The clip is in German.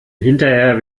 hinterher